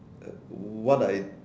what I